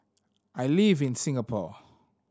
I live in Singapore